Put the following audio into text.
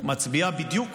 מצביע בדיוק